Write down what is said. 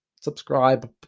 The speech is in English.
Subscribe